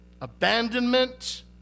abandonment